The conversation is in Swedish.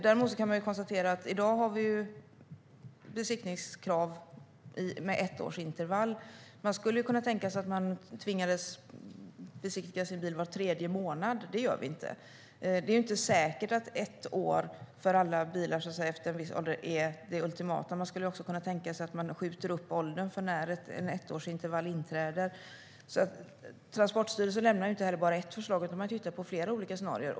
I dag har vi krav på besiktning med ett års intervall. Man skulle kunna tänka sig att vi tvingade människor att besiktiga sina bilar var tredje månad, men det gör vi inte. Det är inte säkert att besiktningar med ett års intervall för alla bilar efter en viss ålder är det ultimata. Man skulle också kunna tänka sig att skjuta upp åldern för när en ettårsintervall inträder. Transportstyrelsen lämnar inte heller bara ett förslag. Man tittar på flera olika scenarier.